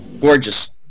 Gorgeous